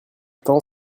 temps